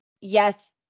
yes